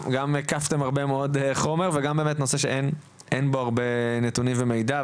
הקפתם הרבה מאוד חומר וזה גם באמת נושא שאין בו הרבה נתונים ומידע,